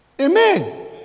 amen